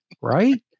right